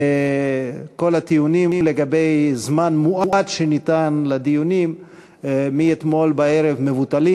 כל הטיעונים לגבי זמן מועט שניתן לדיונים מאתמול בערב מבוטלים.